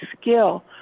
skill